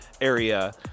area